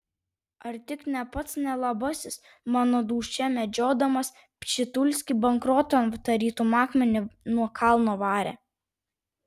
ar tik ne pats nelabasis mano dūšią medžiodamas pšitulskį bankrotan tarytum akmenį nuo kalno varė